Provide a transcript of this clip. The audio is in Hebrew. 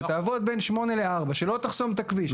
שתעבוד בין 8:00 ל-16:00, שלא תחסום את הכביש.